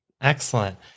excellent